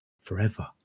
forever